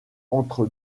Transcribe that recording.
entre